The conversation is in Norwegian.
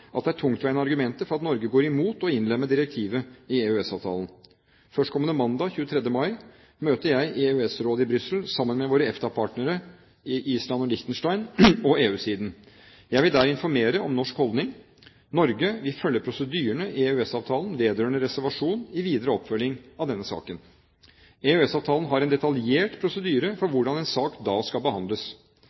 at det er tungtveiende argumenter for at Norge går imot å innlemme direktivet i EØS-avtalen. Førstkommende mandag, 23. mai, møter jeg i EØS-rådet i Brussel sammen med våre EFTA-partnere, Island og Liechtenstein, og EU-siden. Jeg vil der informere om norsk holdning. Norge vil følge prosedyrene i EØS-avtalen vedrørende reservasjon i videre oppfølging av denne saken. EØS-avtalen har en detaljert prosedyre for hvordan en sak da skal behandles.